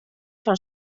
fan